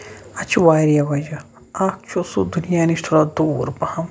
اَتھ چھُ واریاہ وجہہ اکھ چھُ سُہ دُنیا نِش تھوڑا دوٗر پَہم